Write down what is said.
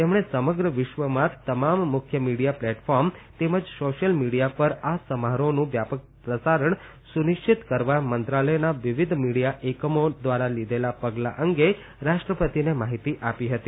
તેમણે સમગ્ર વિશ્વમાં તમામ મુખ્ય મિડીયા પ્લેટફોર્મ તેમજ સોશ્યલ મિડીયા પર આ સમારોહનું વ્યાપક પ્રસારણ સુનિશ્ચિત કરવા મંત્રાલયના વિવિધ મિડીયા એકમો લીધેલા પગલા અંગે રાષ્ટ્રપતિને માહિતી આપી હતી